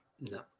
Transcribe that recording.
No